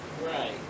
Right